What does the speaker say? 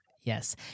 Yes